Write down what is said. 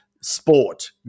sport